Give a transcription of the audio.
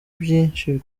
byinshi